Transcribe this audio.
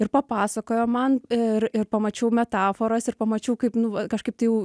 ir papasakojo man ir ir pamačiau metaforas ir pamačiau kaip nu va kažkaip tai jau